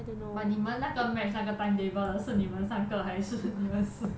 but 你们那个 match 那个 timetable 的是你们三个还是你们四个